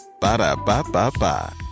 ba-da-ba-ba-ba